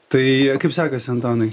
tai kaip sekasi antanai